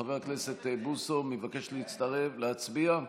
חבר הכנסת בוסו מבקש להצטרף ולהצביע?